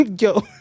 Yo